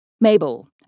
Mabel